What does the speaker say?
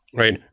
right?